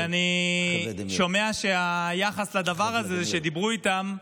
ואני שומע שהיחס לדבר הזה, שדיברו איתם,